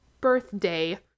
birthday